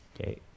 Okay